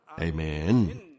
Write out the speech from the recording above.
Amen